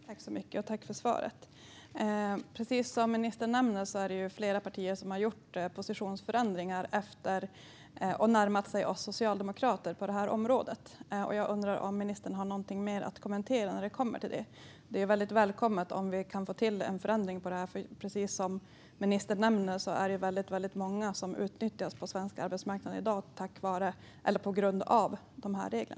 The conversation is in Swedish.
Fru talman! Jag tackar för svaret. Precis som ministern nämner är det flera partier som har gjort positionsförändringar och närmat sig oss socialdemokrater på det här området. Jag undrar om ministern har några fler kommentarer med anledning av det. Det är väldigt välkommet om vi kan få till en förändring här. Precis som ministern nämner är det väldigt många som utnyttjas på svensk arbetsmarknad i dag på grund av dessa regler.